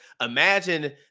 Imagine